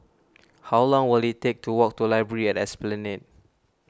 how long will it take to walk to Library at Esplanade